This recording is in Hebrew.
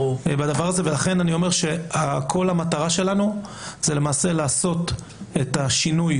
לכן אני אומר שכל המטרה שלנו היא למעשה לשלוח לפי השינוי,